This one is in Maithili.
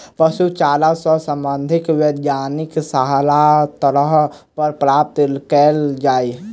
पशु चारा सऽ संबंधित वैज्ञानिक सलाह कतह सऽ प्राप्त कैल जाय?